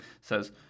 says